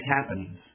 happenings